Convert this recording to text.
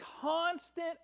constant